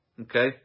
Okay